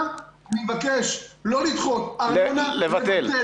אני מבקש: ארנונה לא לדחות.